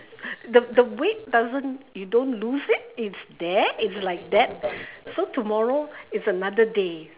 the the weight doesn't you don't lose it it's there it's like that so tomorrow is another day